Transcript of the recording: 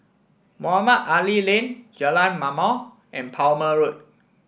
Mohamed Ali Lane Jalan Ma'mor and Palmer Road